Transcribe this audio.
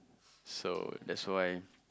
so that's why